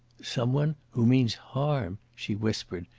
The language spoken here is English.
some one who means harm! she whispered,